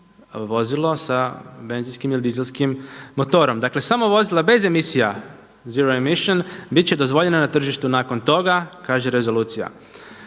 vozilo sa benzinskim ili dizelskim motorom. Dakle samo vozila bez emisija zero emission biti će dozvoljena na tržištu nakon toga kaže rezolucija.